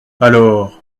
alors